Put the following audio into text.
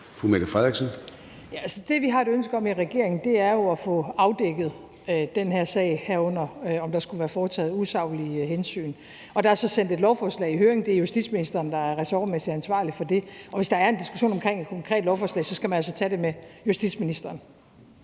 Mette Frederiksen (S): Det, vi har et ønske om i regeringen, er jo at få afdækket den her sag, herunder om der skulle være foretaget usaglige hensyn. Der er så sendt et lovforslag i høring. Det er justitsministeren, der ressortmæssigt er ansvarlig for det. Hvis der er en diskussion omkring et konkret lovforslag, skal man altså tage det med justitsministeren.